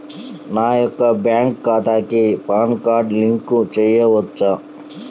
నా యొక్క బ్యాంక్ ఖాతాకి పాన్ కార్డ్ లింక్ చేయవచ్చా?